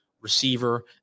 receiver